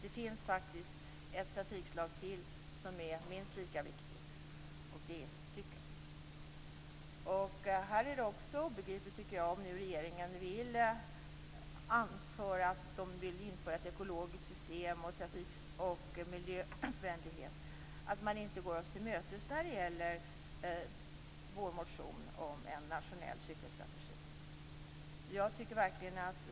Det finns faktiskt ett trafikslag till som är minst lika viktigt, och det är cykeln. Om nu regeringen vill införa ett ekologiskt system och miljövänlighet är det obegripligt att man inte går oss till mötes i fråga om vår motion om en nationell cykelstrategi.